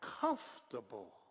comfortable